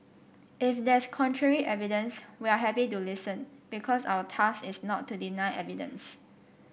if there's contrary evidence we are happy to listen because our task is not to deny evidence